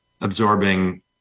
absorbing